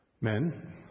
Men